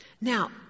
Now